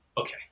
okay